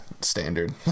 standard